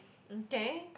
mm k